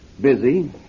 Busy